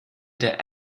der